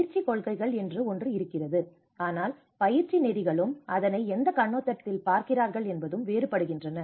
பயிற்சி கொள்கைகள் என்று ஒன்று இருக்கிறது ஆனால் பயிற்சி நெறிகளும் அதனை எந்த கண்ணோட்டத்தில் பார்க்கிறார்கள் என்பதும் வேறுபடுகின்றன